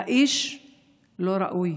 האיש לא ראוי.